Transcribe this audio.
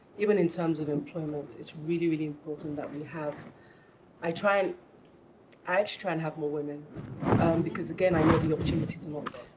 even in terms of employment, it's really important that we have i try and i try and have more women because, again, i know the opportunities are